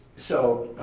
so,